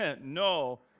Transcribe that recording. No